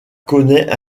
connaît